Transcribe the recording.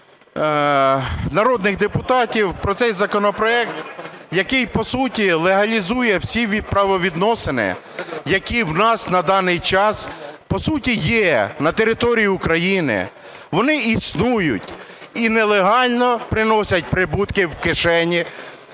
народних депутатів на цей законопроект, який, по суті, легалізує всі правовідносини, які в нас на даний час, по суті, є на території України, вони існують і нелегально приносять прибутки в кишені